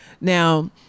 Now